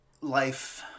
life